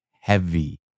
heavy